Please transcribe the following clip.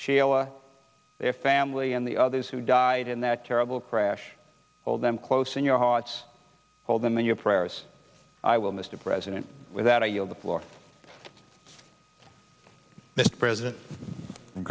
shayla their family and the others who died in that terrible crash hold them close in your hearts hold them in your prayers i will mr president with that i yield the floor mr president in